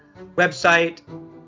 website